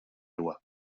loi